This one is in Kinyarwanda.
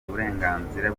uburenganzira